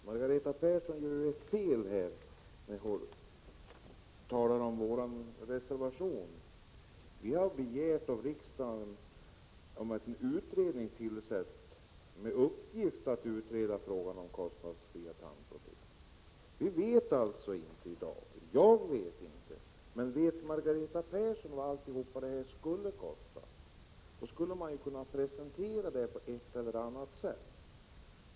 Herr talman! Margareta Persson gör ett fel när hon talar om vår reservation. Vi har begärt att riksdagen skall tillsätta en utredning med uppgift att utreda frågan om kostnadsfria tandproteser. Vi vet alltså inte i dag vad det skulle kosta. Vet Margareta Persson vad allt detta skulle kosta? Om man visste det, skulle man kunna redovisa det på ett eller annat sätt.